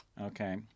okay